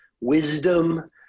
wisdom